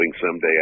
someday